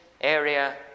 area